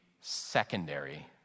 secondary